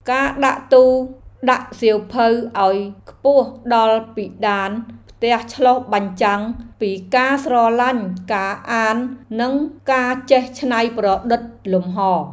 ការដាក់ទូដាក់សៀវភៅឱ្យខ្ពស់ដល់ពិដានផ្ទះឆ្លុះបញ្ចាំងពីការស្រឡាញ់ការអាននិងការចេះច្នៃប្រឌិតលំហរ។